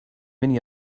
many